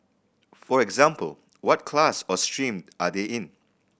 for example what class or stream are they in